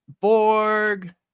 Borg